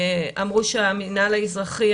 אמרו שהמינהל האזרחי,